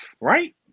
right